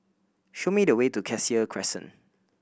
show me the way to Cassia Crescent